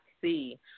see